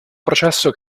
processo